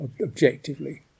objectively